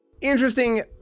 Interesting